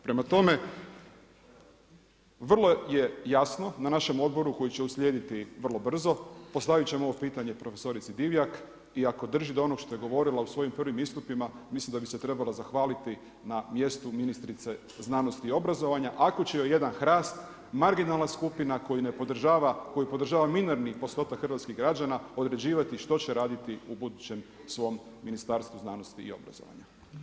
Prema tome, vrlo je jasno na našem odboru koji će uslijediti vrlo brzo, postavit ćemo ovo pitanje prof. Divjak i ako drži do onog što je govorila u svojim prvim istupima mislim da bi se trebala zahvaliti na mjestu ministrice znanosti i obrazovanja, ako će joj jedan HRAST marginalna skupina koju podržava minorni postotak hrvatskih građana određivati što će raditi u budućem svom Ministarstvu znanosti i obrazovanja.